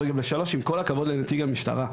ושלוש, עם כל הכבוד לנציג המשטרה,